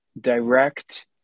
direct